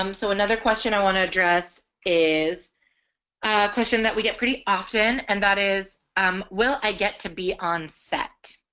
um so another question i want to address is a question that we get pretty often and that is um will i get to be on set